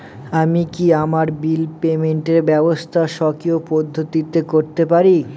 আমি কি আমার বিল পেমেন্টের ব্যবস্থা স্বকীয় পদ্ধতিতে করতে পারি?